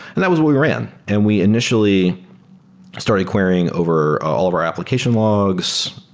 that was what we ran, and we initially started querying over all of our replication logs,